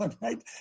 right